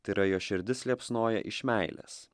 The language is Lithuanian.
tai yra jo širdis liepsnoja iš meilės